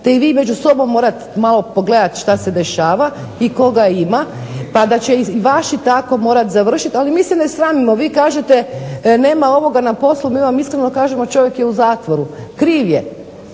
ćete vi među sobom morati malo pogledati šta se dešava i koga ima, pa da će i vaši tako morati završiti. Ali mi se ne sramimo, vi kažete nema ovoga na poslu, mi vam iskreno kažemo čovjek je u zatvoru. Kriv je.